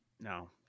No